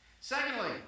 Secondly